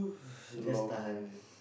is a long way